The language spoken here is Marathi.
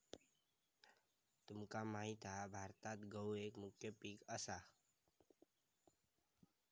तुमका माहित हा भारतात गहु एक मुख्य पीक असा